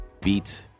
beat